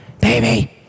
baby